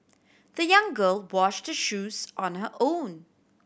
the young girl washed her shoes on her own